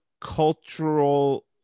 cultural